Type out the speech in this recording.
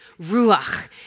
ruach